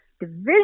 division